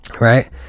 Right